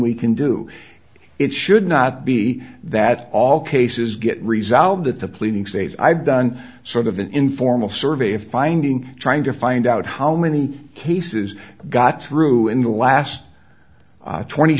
we can do it should not be that all cases get resolved at the pleading state i've done sort of an informal survey of finding trying to find out how many cases got through in the last twenty